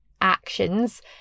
Actions